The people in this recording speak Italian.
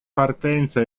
partenza